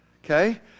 Okay